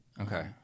Okay